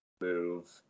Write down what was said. move